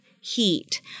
heat